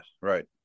right